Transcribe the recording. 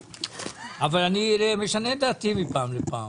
אבל אני משנה את דעתי מפעם לפעם.